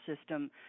system